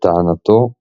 לטענתו,